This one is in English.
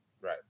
Right